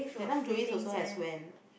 that time Jovis also has went